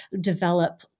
develop